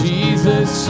Jesus